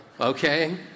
okay